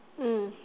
mm